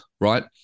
right